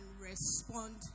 respond